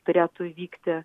turėtų įvykti